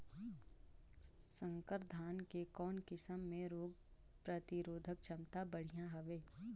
संकर धान के कौन किसम मे रोग प्रतिरोधक क्षमता बढ़िया हवे?